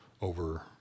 over